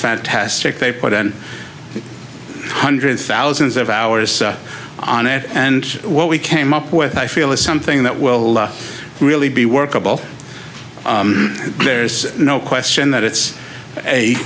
fantastic they put an hundred thousands of hours on it and what we came up with i feel is something that will really be workable there's no question that it's a